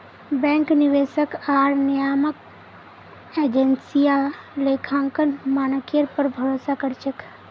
bank, निवेशक आर नियामक एजेंसियां लेखांकन मानकेर पर भरोसा कर छेक